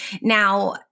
Now